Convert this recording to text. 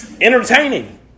entertaining